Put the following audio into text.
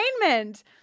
entertainment